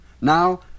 Now